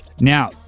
Now